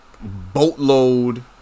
Boatload